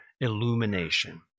Illumination